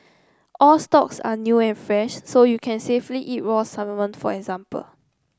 all stocks are new and fresh so you can safely eat raw salmon for example